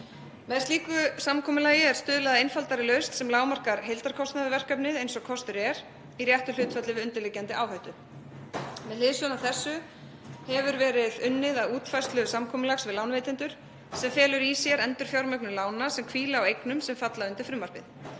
Með slíku samkomulagi er stuðlað að einfaldri lausn sem lágmarkar heildarkostnað við verkefnið eins og kostur er í réttu hlutfalli við undirliggjandi áhættu. Með hliðsjón af þessu hefur verið unnið að útfærslu samkomulags við lánveitendur sem felur í sér endurfjármögnun lána sem hvíla á eignum sem falla undir frumvarpið.